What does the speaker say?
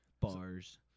bars